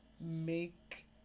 Make